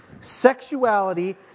Sexuality